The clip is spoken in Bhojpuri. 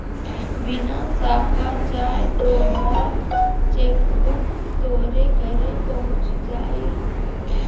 बिना साखा जाए तोहार चेकबुक तोहरे घरे पहुच जाई